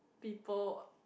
people